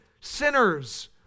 sinners